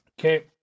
Okay